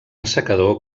assecador